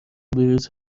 ویروس